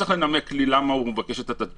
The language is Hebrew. הוא לא צריך לנמק לי למה הוא מבקש את התדפיס,